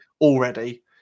already